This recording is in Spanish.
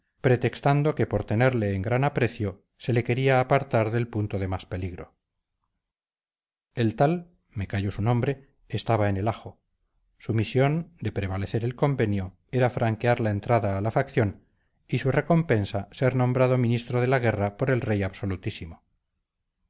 pretextando que por tenerle en gran aprecio se le quería apartar del punto de más peligro el tal me callo su nombre estaba en el ajo su misión de prevalecer el convenio era franquear la entrada a la facción y su recompensa ser nombrado ministro de la guerra por el rey absolutísimo